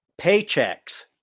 Paychecks